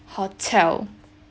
hotel